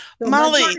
Molly